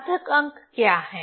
सार्थक अंक क्या है